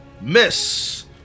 miss